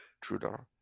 Trudeau